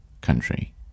country